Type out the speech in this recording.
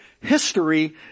history